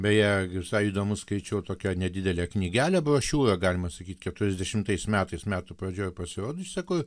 beje visai įdomų skaičiau tokią nedidelę knygelę brošiūrą galima sakyt keturiasdešimais metais metų pradžioj pasirodžiusią kur